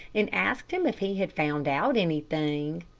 and asked him if he had found out anything.